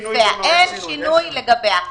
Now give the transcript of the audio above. אין שינוי לגביה.